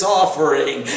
offering